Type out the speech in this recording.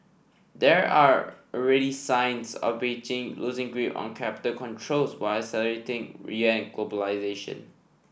there are already signs of Beijing loosing grip on capital controls while accelerating yuan globalisation